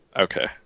okay